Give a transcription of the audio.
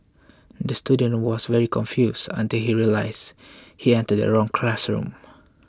the student was very confused until he realised he entered the wrong classroom